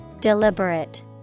Deliberate